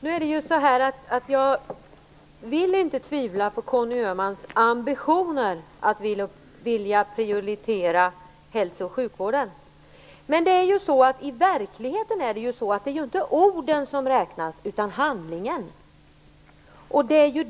Fru talman! Jag vill inte tvivla på Conny Öhmans ambitioner och vilja att prioritera hälso och sjukvården. Men i verkligheten är det handlingen, inte orden, som räknas.